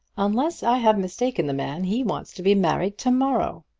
unless i have mistaken the man, he wants to be married to-morrow.